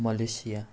Malaysia